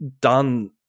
done